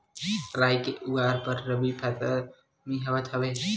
राई के उगाए बर रबी मौसम होवत हवय?